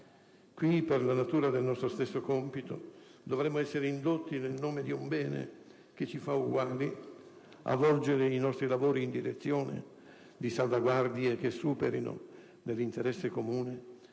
Qui, per la natura del nostro stesso compito dovremmo essere indotti, nel nome di un bene che ci fa uguali, a volgere i nostri lavori in direzione di salvaguardie che superino, nell'interesse comune,